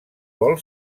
vol